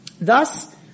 Thus